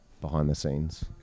behind-the-scenes